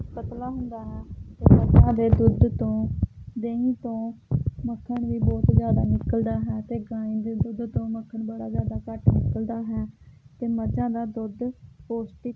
ਪਤਲਾ ਹੁੰਦਾ ਹੈ ਤਾਂ ਮੱਝਾਂ ਦੇ ਦੁੱਧ ਤੋਂ ਦਹੀ ਤੋਂ ਮੱਖਣ ਵੀ ਬਹੁਤ ਜ਼ਿਆਦਾ ਨਿਕਲਦਾ ਹੈ ਅਤੇ ਗਾਈਂ ਦੇ ਦੁੱਧ ਤੋਂ ਮੱਖਣ ਬੜਾ ਜ਼ਿਆਦਾ ਘੱਟ ਨਿਕਲਦਾ ਹੈ ਅਤੇ ਮੱਝਾਂ ਦਾ ਦੁੱਧ ਪੋਸ਼ਟਿਕ